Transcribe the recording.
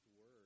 Word